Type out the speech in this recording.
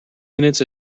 minutes